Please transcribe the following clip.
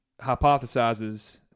hypothesizes